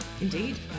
Indeed